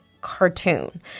cartoon